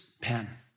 pen